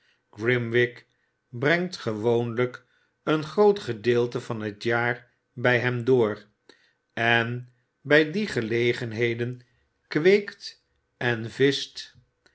grimwig brengt gewoonlijk een groot gedeelte van het jaar bij hem door en bij die gelegenheden kweekt en vischt